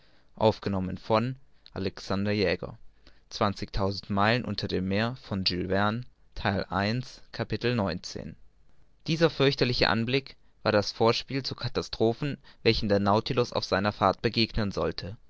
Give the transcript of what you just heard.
dieser fürchterliche anblick war das vorspiel zu katastrophen welchen der nautilus auf seiner fahrt begegnen sollte